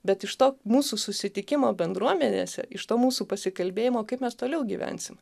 bet iš to mūsų susitikimo bendruomenėse iš to mūsų pasikalbėjimo kaip mes toliau gyvensim